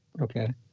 Okay